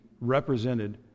represented